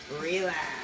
relax